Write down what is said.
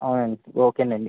అవునండి ఓకేనండి